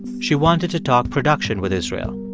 she wanted to talk production with israel.